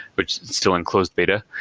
but it's still in closed beta.